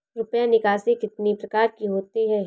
रुपया निकासी कितनी प्रकार की होती है?